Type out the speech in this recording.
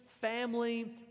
family